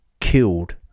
killed